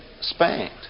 spanked